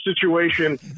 situation